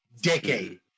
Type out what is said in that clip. decade